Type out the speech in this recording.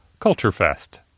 CULTUREFEST